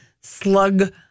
slug